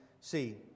see